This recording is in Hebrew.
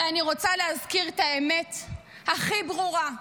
ואני רוצה להזכיר את האמת הכי ברורה: